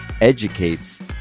educates